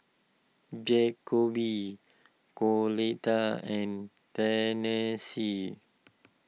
Jakobe Coletta and Tennessee